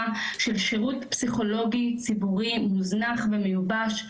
של שירות פסיכולוגי ציבורי מוזנח ומיובש.